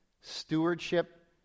stewardship